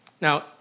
Now